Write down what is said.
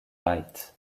wright